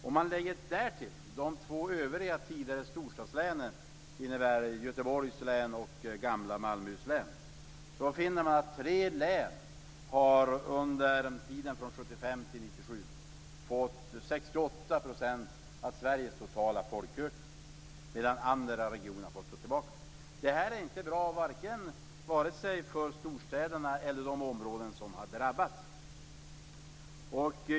Om man lägger därtill de två övriga tidigare storstadslänen, Göteborgs och gamla Malmöhus län, finner man att tre län under tiden från 1975 till 1997 fått 68 % av Sveriges totala folkökning, medan andra regioner har fått stå tillbaka. Det här är inte bra vare sig för storstäderna eller för de områden som har drabbats.